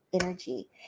energy